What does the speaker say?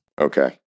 Okay